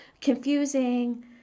confusing